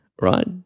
right